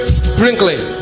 sprinkling